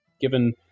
given